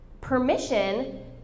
permission